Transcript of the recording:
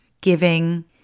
giving